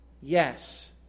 Yes